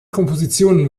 kompositionen